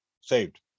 saved